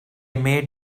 made